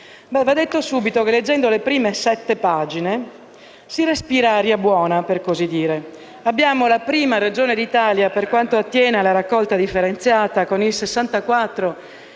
Va detto subito che leggendo le prime sette pagine si respira aria buona, per così dire. Siamo la prima Regione d'Italia per quanto attiene la raccolta differenziata, con il 64,6